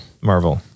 Marvel